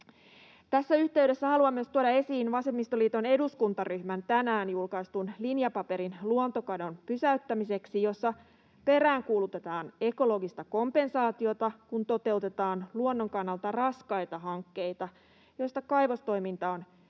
Tässä yhteydessä haluan tuoda esiin myös vasemmistoliiton eduskuntaryhmän tänään julkaistun linjapaperin luontokadon pysäyttämiseksi, jossa peräänkuulutetaan ekologista kompensaatiota, kun toteutetaan luonnon kannalta raskaita hankkeita, joista kaivostoiminta on yksi